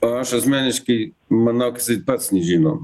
o aš asmeniškai manau kad jisai pats nežino